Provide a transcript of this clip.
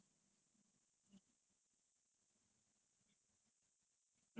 then in hive the cafe is halal so I have to buy from there but it is so expiry